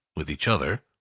with each other,